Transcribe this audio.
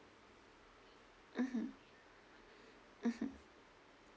mmhmm mmhmm